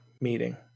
meeting